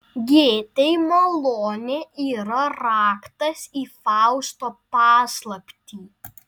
gėtei malonė yra raktas į fausto paslaptį